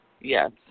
Yes